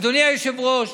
אדוני היושב-ראש,